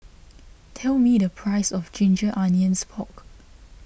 tell me the price of Ginger Onions Pork